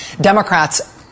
Democrats